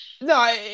No